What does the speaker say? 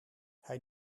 hij